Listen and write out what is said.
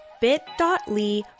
bit.ly